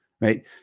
right